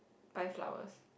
buy flowers